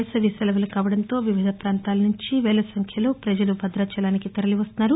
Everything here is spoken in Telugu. వేసవి సెలువులు కావడంతో వివిధ పొంతాల నుంచి వేల సంఖ్యలో పజలు భదాచలం తరలివస్తున్నారు